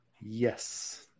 Yes